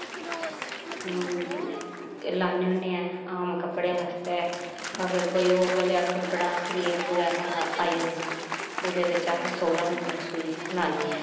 लान्ने होन्ने आं आम कपड़े बास्तै अगर कोई औऐ लैआ कपड़ा सनील बगैरा दा आई जंदा ओह्दे बिच्च अस सोलां नंबर सुई लान्ने आं